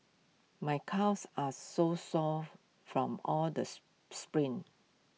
my calves are so sore from all the sprints